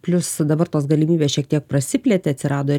plius dabar tos galimybės šiek tiek prasiplėtė atsirado ir